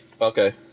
Okay